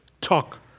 Talk